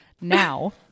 now